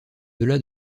delà